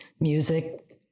music